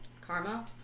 Karma